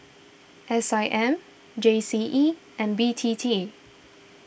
S I M G C E and B T T